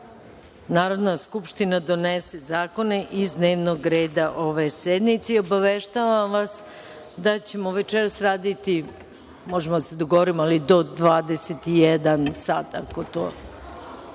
Narodna skupština donese zakone iz dnevnog reda ove sednice i obaveštavam vas da ćemo večeras raditi, možemo da se dogovorimo, ali do 21 sat, pa ćemo